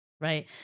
right